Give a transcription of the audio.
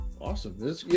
Awesome